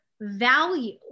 value